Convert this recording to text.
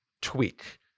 tweak